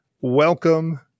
welcome